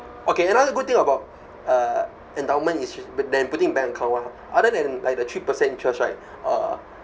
okay another good thing about uh endowment is s~ when putting in bank account ah other than like the three percent interest right uh